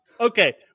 Okay